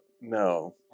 No